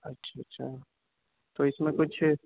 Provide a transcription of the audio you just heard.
اچھا اچھا تو اِس میں کچھ